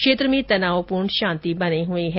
क्षेत्र में तनावपूर्ण शांति बनी हुई है